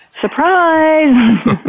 Surprise